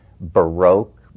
baroque